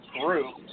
group